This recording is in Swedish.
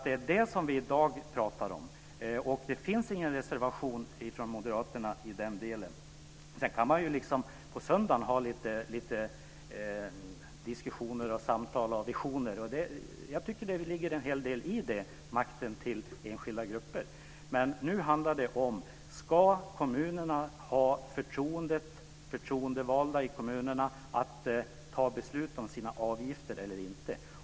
Det är det som vi i dag pratar om, och det finns ingen reservation från Sedan kan man ju liksom på söndagen ha lite diskussioner och samtal och ha visioner, och jag tycker att det ligger en hel del i det, att ge makten till enskilda grupper. Men nu handlar det om: Ska kommunerna ha förtroendevalda i kommunerna till att ta beslut om sina avgifter eller inte?